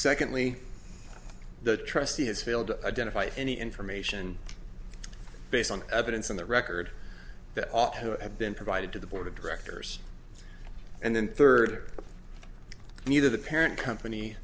secondly the trustee has failed to identify any information based on evidence in the record that ought to have been provided to the board of directors and then third neither the parent company